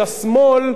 פעם בשבוע.